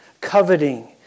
coveting